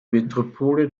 metropole